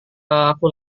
aku